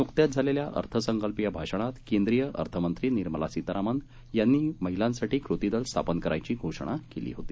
नुकत्याच झालेल्या अर्थसंकल्पीय भाषणात केंद्रीय अर्थमंत्री निर्मला सीतारामन यांनी महिलांसाठी कृती दल स्थापन करण्याची घोषणा केली होती